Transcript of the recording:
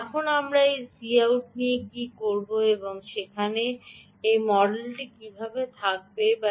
এখন আপনার এই Cout কীভাবে উঠানো উচিত এবং এটিটিকে সমান মডেল হিসাবে দেওয়া উচিত এর অর্থ কী